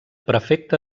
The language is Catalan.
prefecte